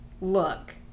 look